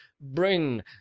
bring